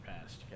Past